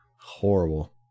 Horrible